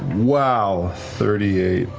wow. thirty eight,